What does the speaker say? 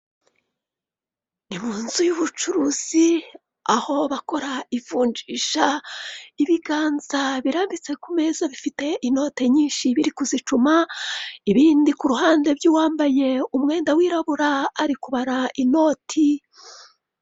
Mu nzu y'ubucuruzi aho bakora ivunjisha, ibiganza birambitse ku meza bifite inoti nyinshi biri kuzicuma, ibindi ku ruhande by'uwambaye umwenda wirabura ari kubara inoti.